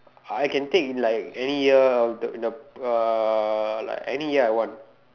I can take like any year the the uh like any year I want